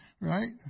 Right